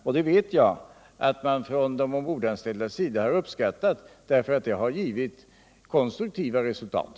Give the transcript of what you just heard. Jag vet att man från de ombordanställdas sida har uppskattat detta, eftersom det har givit konstruktiva resultat.